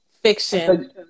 fiction